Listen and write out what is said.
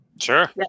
Sure